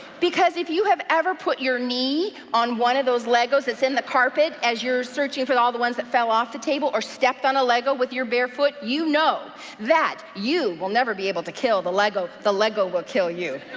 because if you have ever put your knee on one of those legos that's in the carpet as you're searching for all the ones that fell off the table, or stepped on a lego with your bare foot, you know that you will never be able to kill the lego. the lego will kill you.